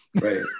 Right